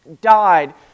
died